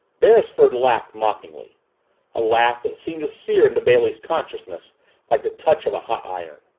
beresford laughed mockingly a laugh that seemed to sear into bailey's consciousness like the touch of a hot iron.